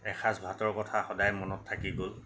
এসাঁজ ভাতৰ কথা সদায় মনত থাকি গ'ল